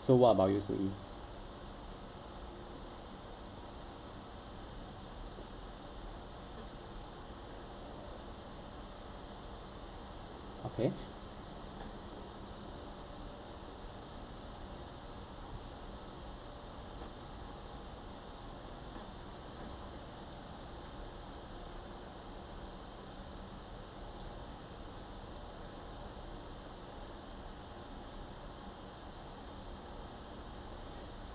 so what about you soo ee okay